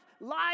life